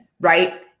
right